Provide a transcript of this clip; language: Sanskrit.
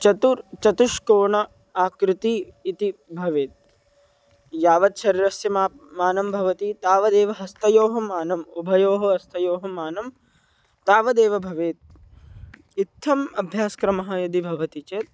चतुर् चतुष्कोण आकृतिः इति भवेत् यावत् शरीरस्य माप् मानं भवति तावदेव हस्तयोः मानम् उभयोः हस्तयोः मानं तावदेव भवेत् इत्थम् अभ्यासक्रमः यदि भवति चेत्